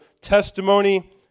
testimony